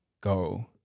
go